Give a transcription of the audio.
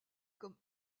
comme